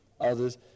others